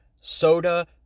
soda